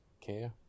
care